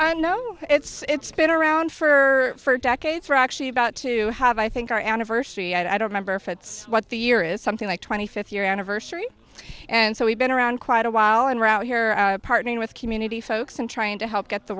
know it's been around for decades or actually about to have i think our anniversary i don't remember fits what the year is something like twenty fifth year anniversary and so we've been around quite a while and we're out here partnering with community folks and trying to help get the